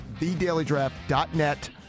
TheDailyDraft.net